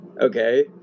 Okay